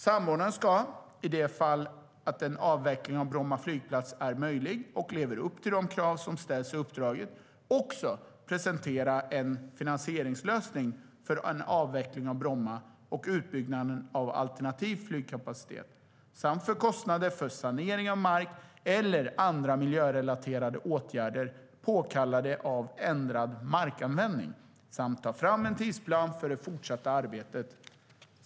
Samordnaren ska - i det fall att en avveckling av Bromma flygplats är möjlig och lever upp till de krav som ställs i uppdraget - också presentera en finansieringslösning för en avveckling av Bromma och utbyggnaden av alternativ flygkapacitet, samt för kostnader för sanering av mark eller andra miljörelaterade åtgärder påkallade av ändrad markanvändning samt ta fram en tidsplan för det fortsatta arbetet.